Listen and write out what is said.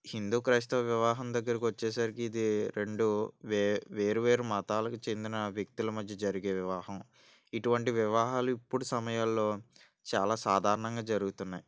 హిందూ క్రైస్తవ వివాహం దగ్గరకి వచ్చేసరికి ఇది రెండు వే వేరు వేరు మతాలకు చెందిన వ్యక్తుల మధ్య జరిగే వివాహం ఇటువంటి వివాహాలు ఇప్పుడు సమయాల్లో చాలా సాధారణంగా జరుగుతున్నాయి